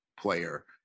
player